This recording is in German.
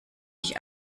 ich